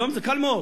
היום זה קל מאוד.